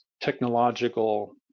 technological